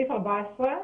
סעיף 14,